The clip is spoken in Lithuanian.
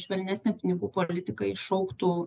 švelnesnė pinigų politika iššauktų